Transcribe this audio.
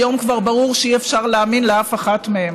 היום כבר ברור שאי-אפשר להאמין לאף אחת מהם.